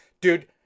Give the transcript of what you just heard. Dude